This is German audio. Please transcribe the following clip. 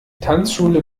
tanzschule